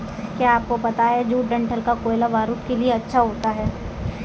क्या आपको पता है जूट डंठल का कोयला बारूद के लिए अच्छा होता है